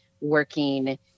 working